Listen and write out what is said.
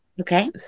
okay